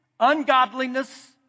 Ungodliness